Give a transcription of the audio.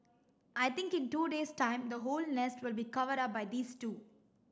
I think in two days time the whole nest will be covered up by these two